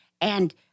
and-